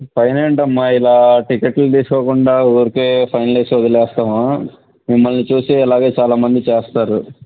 fine ఏంటమ్మా ఇలా టికెట్లు తీసుకోకుండా ఊరికే ఫైన్లు వేసి వదిలేస్తాము మిమ్మల్ని చూసి అలాగే చాలా మంది చేస్తారు